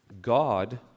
God